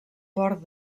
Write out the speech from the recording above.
port